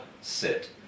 sit